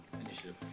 initiative